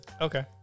Okay